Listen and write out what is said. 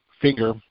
Finger